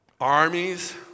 armies